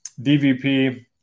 DVP